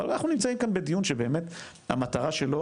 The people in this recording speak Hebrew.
אבל אנחנו נמצאים כאן בדיון שבאמת המטרה שלו